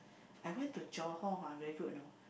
I went to Johor ha very good you know